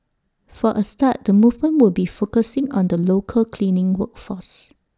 for A start the movement will be focusing on the local cleaning work force